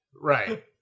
Right